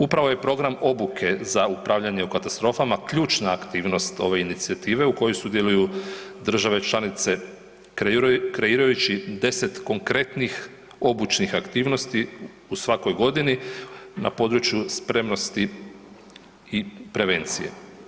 Upravo je program obuke za upravljanje u katastrofama ključna aktivnost ove inicijative u kojoj sudjeluju države članice kreirajući 10 konkretnih obučnih aktivnosti u svakoj godini na području spremnosti i prevencije.